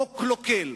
חוק קלוקל.